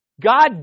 God